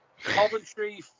Coventry